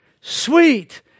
sweet